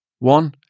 One